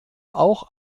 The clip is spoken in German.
auch